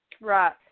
Right